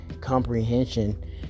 comprehension